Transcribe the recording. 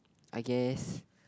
I guess